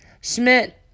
Schmidt